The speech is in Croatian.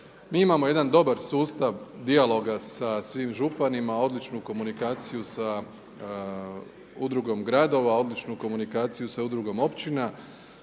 Mi imamo jedan dobar sustav dijaloga sa svim županima, odličnu komunikaciju sa Udrugom gradova, odličnu komunikaciju sa Udrugom općina,